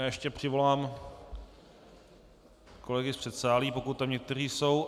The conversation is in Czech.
Ještě přivolám kolegy z předsálí, pokud tam někteří jsou.